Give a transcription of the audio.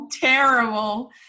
terrible